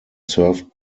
served